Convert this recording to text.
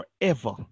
forever